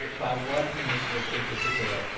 by one initiative in particular.